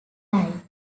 lite